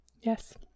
yes